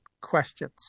questions